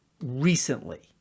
recently